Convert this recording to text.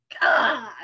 god